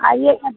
आइए